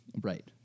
Right